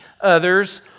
others